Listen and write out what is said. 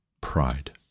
pride